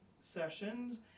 sessions